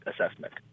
assessment